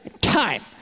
time